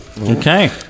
Okay